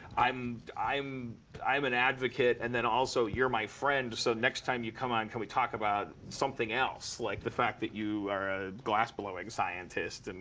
i'm i'm an advocate. and then also, you're my friend, so next time you come on, can we talk about something else? like the fact that you are a glassblowing scientist, and